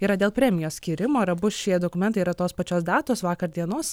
yra dėl premijos skyrimo ir abu šie dokumentai yra tos pačios datos vakar dienos